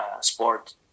sport